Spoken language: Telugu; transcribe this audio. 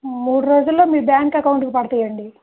మూడు రోజుల్లో మీ బ్యాంక్ అకౌంట్కి పడతాయండి